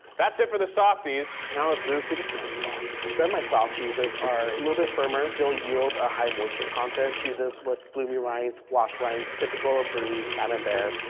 that's it for the softies. now let's move to the semi-soft. semi-soft cheese are a little bit firmer, still yield a high moisture content. cheeses with bloomy rinds, washed rinds, typical of brie, camembert.